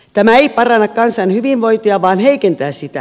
tämä ei paranna kansan hyvinvointia vaan heikentää sitä